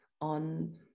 on